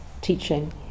teaching